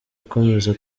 akomeza